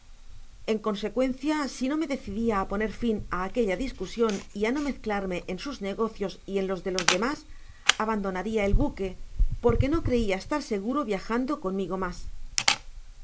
en consecuencia si no me decidia á poner fin á aquella discusion y á no mezclarme en sus negocios y en los de los demas abandonaria el buque porque no creia estar seguro viajando conmigo mas